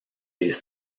des